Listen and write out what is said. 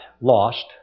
lost